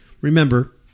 Remember